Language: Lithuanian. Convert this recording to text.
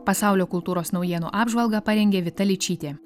pasaulio kultūros naujienų apžvalgą parengė vita ličytė